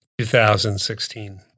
2016